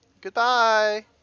goodbye